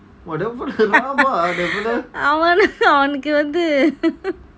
அவனுக்கு வந்து:avanuku vanthu